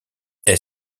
est